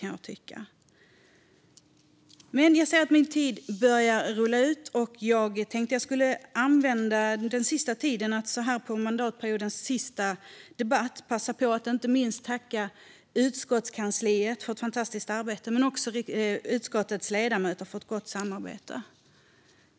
Min talartid börjar rinna ut, och jag tänkte så här i mandatperiodens sista debatt passa på att tacka utskottskansliet för ett fantastiskt arbete men också utskottets ledamöter för ett gott samarbete.